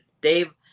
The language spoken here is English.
Dave